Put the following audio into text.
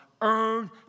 Earn